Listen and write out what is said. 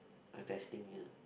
I testing you